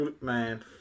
Man